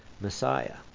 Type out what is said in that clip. Messiah